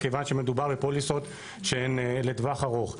כיוון שמדובר בפוליסות שהן לטווח ארוך.